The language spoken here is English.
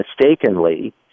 mistakenly